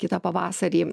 kitą pavasarį